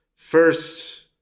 First